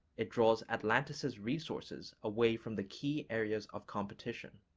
it draws atlanticist resources away from the key areas of competition.